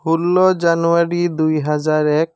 ষোল্ল জানুৱাৰী দুই হাজাৰ এক